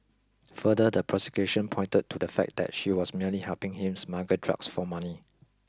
further the prosecution pointed to the fact that she was merely helping him smuggle drugs for money